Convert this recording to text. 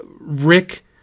Rick